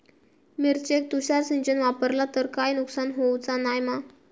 मिरचेक तुषार सिंचन वापरला तर काय नुकसान होऊचा नाय मा?